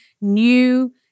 new